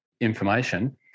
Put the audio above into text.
information